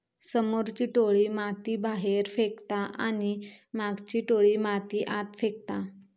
समोरची टोळी माती बाहेर फेकता आणि मागची टोळी माती आत फेकता